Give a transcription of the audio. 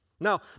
Now